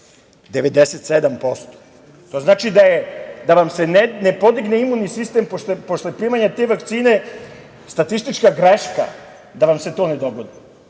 97%. To znači da vam se ne podigne imuni sistem posle primanja te vakcine statistička greška, da vam se to ne dogodi.